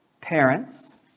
parents